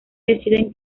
deciden